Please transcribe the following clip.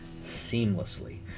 seamlessly